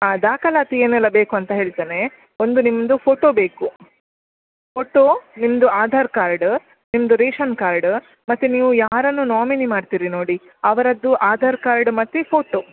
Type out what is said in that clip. ಹಾಂ ದಾಖಲಾತಿಗೆ ಏನೆಲ್ಲ ಬೇಕು ಅಂತ ಹೇಳ್ತೇನೆೇ ಒಂದು ನಿಮ್ಮದು ಫೋಟೋ ಬೇಕು ಫೋಟೋ ನಿಮ್ಮದು ಆಧಾರ್ ಕಾರ್ಡ್ ನಿಮ್ಮದು ರೇಷನ್ ಕಾರ್ಡ್ ಮತ್ತೆ ನೀವು ಯಾರನ್ನು ನೋಮಿನಿ ಮಾಡ್ತೀರಿ ನೋಡಿ ಅವರದ್ದು ಆಧಾರ್ ಕಾರ್ಡ್ ಮತ್ತೆ ಫೋಟೋ